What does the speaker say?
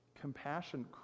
compassion